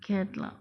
cat lah